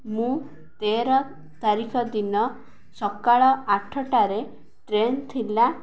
ମୁଁ ତେର ତାରିଖ ଦିନ ସକାଳ ଆଠଟାରେ ଟ୍ରେନ୍ ଥିଲା